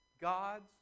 God's